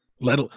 let